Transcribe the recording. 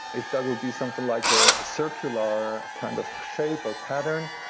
if that would be something like a circular kind of shape, or pattern,